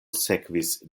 sekvis